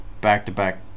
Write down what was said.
back-to-back